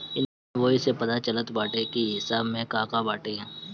invoice से पता चलत बाटे की हिसाब में का का बाटे